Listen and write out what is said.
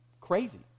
crazy